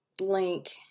link